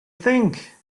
think